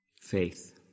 Faith